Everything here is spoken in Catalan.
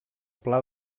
pla